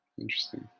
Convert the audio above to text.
Interesting